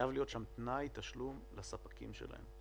חייב להיות שם תנאי תשלום לספקים שלהם.